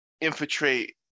infiltrate